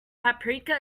paprika